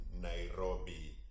Nairobi